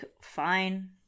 fine